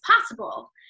possible